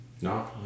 No